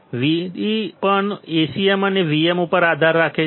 Vd પણ Acm અને Vcm ઉપર આધાર રાખે છે